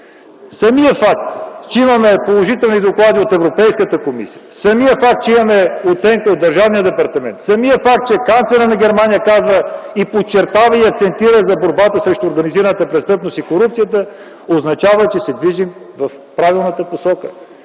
Самият факт, че имаме положителни доклади от Европейската комисия, самият факт, че имаме положителна оценка от Държавния департамент, самият факт, че канцлерът на Германия казва, подчертава и акцентира върху борбата с организираната престъпност и корупцията, означават, че се движим в правилната посока.